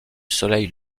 soleil